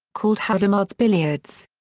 called hadamard's billiards.